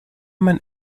man